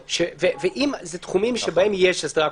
ואם אלה תחומים שבהם יש הסדרה,